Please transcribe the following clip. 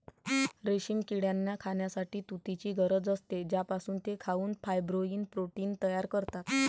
रेशीम किड्यांना खाण्यासाठी तुतीची गरज असते, ज्यापासून ते खाऊन फायब्रोइन प्रोटीन तयार करतात